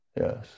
Yes